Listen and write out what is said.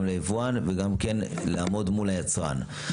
גם ליבואן וגם כן לעמוד מול היצרן.